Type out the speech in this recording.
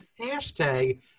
Hashtag